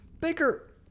Baker